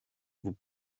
vous